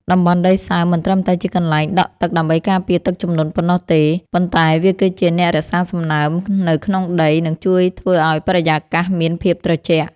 តំបន់ដីសើមមិនត្រឹមតែជាកន្លែងដក់ទឹកដើម្បីការពារទឹកជំនន់ប៉ុណ្ណោះទេ ប៉ុន្តែវាគឺជាអ្នករក្សាសំណើមនៅក្នុងដី និងជួយធ្វើឱ្យបរិយាកាសមានភាពត្រជាក់។